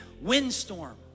windstorm